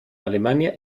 alemania